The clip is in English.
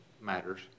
matters